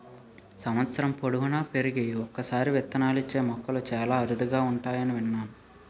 సంవత్సరం పొడువునా పెరిగి ఒక్కసారే విత్తనాలిచ్చే మొక్కలు చాలా అరుదుగా ఉంటాయని విన్నాను